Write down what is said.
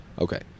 Okay